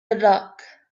luck